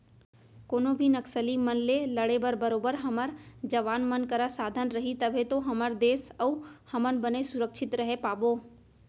कोनो भी नक्सली मन ले लड़े बर बरोबर हमर जवान मन करा साधन रही तभे तो हमर देस अउ हमन बने सुरक्छित रहें पाबो